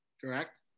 correct